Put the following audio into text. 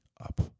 up